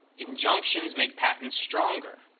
injunctions make patents stronger.